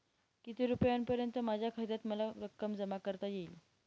किती रुपयांपर्यंत माझ्या खात्यात मला रक्कम जमा करता येईल?